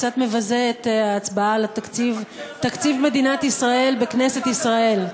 קצת מבזה את ההצבעה על תקציב מדינת ישראל בכנסת ישראל.